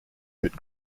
but